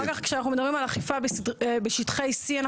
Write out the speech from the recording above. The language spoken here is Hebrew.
כשאנחנו מדברים על אכיפה בשטחי C,